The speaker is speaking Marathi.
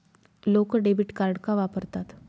लोक डेबिट कार्ड का वापरतात?